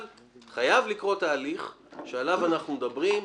אבל חייב לקרות תהליך שעליו אנחנו מדברים,